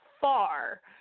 far